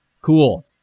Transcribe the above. Cool